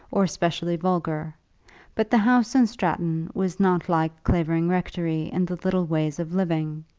or specially vulgar but the house in stratton was not like clavering rectory in the little ways of living,